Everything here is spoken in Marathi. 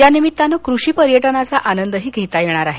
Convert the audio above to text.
या निमित्तानं कृषी पर्यटनाचा आनंदही घेता येणार आहे